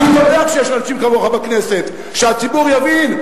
אני שמח שיש אנשים כמוך בכנסת, שהציבור יבין.